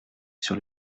sur